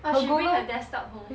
oh she bring her desktop home